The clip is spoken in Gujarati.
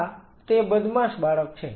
આ તે બદમાશ બાળક છે